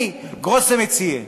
אני גרויסע מציאה.